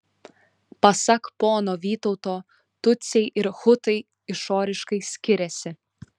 pasak pono vytauto tutsiai ir hutai išoriškai skiriasi